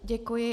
Děkuji.